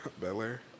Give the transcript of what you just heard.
Bel-Air